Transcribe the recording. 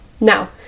Now